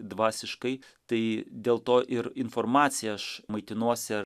dvasiškai tai dėl to ir informacija aš maitinuosi